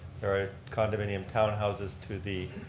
there are condominium townhouses to the